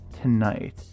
tonight